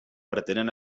pretenen